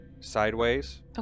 sideways